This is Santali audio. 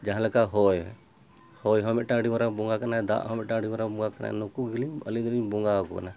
ᱡᱟᱦᱟᱸ ᱞᱮᱠᱟ ᱦᱚᱭ ᱦᱚᱭ ᱦᱚᱸ ᱢᱤᱫᱴᱟᱝ ᱟᱹᱰᱤ ᱢᱟᱨᱟᱝ ᱵᱚᱸᱜᱟ ᱠᱟᱱᱟ ᱫᱟᱜ ᱦᱚᱸ ᱢᱤᱫᱴᱟᱝ ᱟᱹᱰᱤ ᱢᱟᱨᱟᱝ ᱵᱚᱸᱜᱟ ᱠᱟᱱᱟ ᱱᱩᱠᱩ ᱜᱮᱞᱤᱧ ᱟᱹᱞᱤᱧ ᱫᱚᱞᱤᱧ ᱵᱚᱸᱜᱟ ᱟᱠᱟᱱᱟ